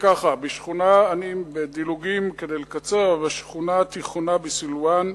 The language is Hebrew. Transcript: אני מצטט בדילוגים כדי לקצר: בשכונה התיכונה בסילואן,